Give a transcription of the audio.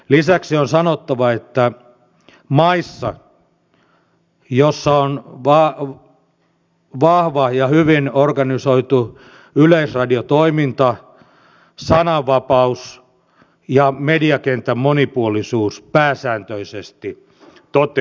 lisäksi on sanottava että maissa joissa on vahva ja hyvin organisoitu yleisradiotoiminta sananvapaus ja mediakentän monipuolisuus pääsääntöisesti toteutuvat hyvin